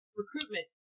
recruitment